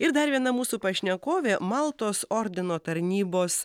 ir dar viena mūsų pašnekovė maltos ordino tarnybos